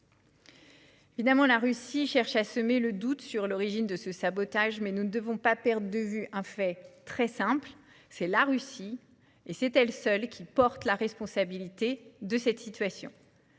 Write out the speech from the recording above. Évidemment, la Russie cherche à semer le doute sur l'origine de ce sabotage, mais nous ne devons pas perdre de vue un fait simple : c'est elle, et elle seule, qui porte la responsabilité de cette situation.